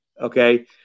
okay